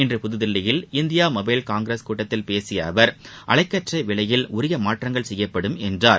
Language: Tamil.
இன்று புதுதில்லியில் இந்திய மொபைல் காங்கிரஸ் கூட்டத்தில் பேசிய அவர் அலைக்கற்றை விலையில் உரிய மாற்றங்கள் செய்யப்படும் என்றார்